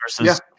versus